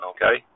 Okay